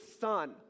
Son